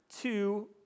two